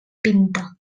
pinta